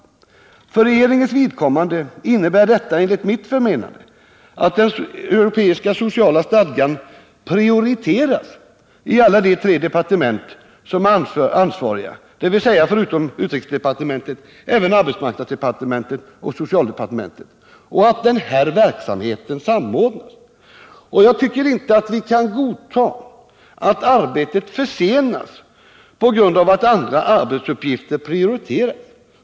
För regeringens vidkommande innebär detta att den europeiska sociala stadgan prioriteras i alla de tre departement som är ansvariga, dvs. förutom UD även arbetsmarknadsdepartementet och socialdepartementet, och att deras verksamhet samordnas. Jag tycker inte att vi kan godta att arbetet försenas på grund av att andra uppgifter prioriteras.